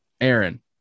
Aaron